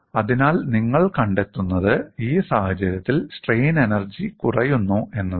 അതിനാൽ നിങ്ങൾ കണ്ടെത്തുന്നത് ഈ സാഹചര്യത്തിൽ സ്ട്രെയിൻ എനർജി കുറയുന്നു എന്നതാണ്